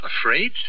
Afraid